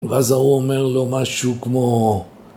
‫ואז ההוא אומר לו משהו כמו...